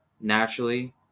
naturally